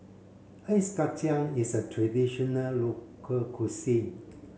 ice Kacang is a traditional local cuisine